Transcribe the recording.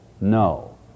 No